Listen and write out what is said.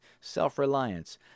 self-reliance